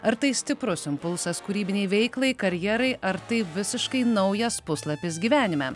ar tai stiprus impulsas kūrybinei veiklai karjerai ar tai visiškai naujas puslapis gyvenime